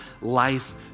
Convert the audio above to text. life